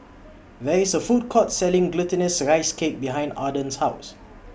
There IS A Food Court Selling Glutinous Rice Cake behind Arden's House